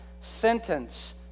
sentence